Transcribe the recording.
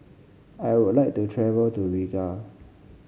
I would like to travel to Riga